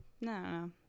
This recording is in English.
No